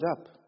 up